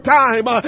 time